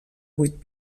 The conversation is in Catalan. vuit